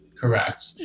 Correct